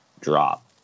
drop